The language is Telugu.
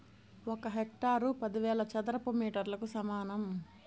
ఒక హెక్టారు పదివేల చదరపు మీటర్లకు సమానం